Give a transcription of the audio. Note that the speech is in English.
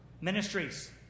Ministries